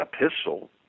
epistle